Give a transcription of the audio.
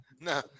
No